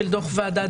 דוח ועדת